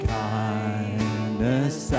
kindness